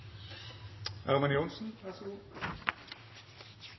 Ørmen Johnsen